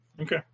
Okay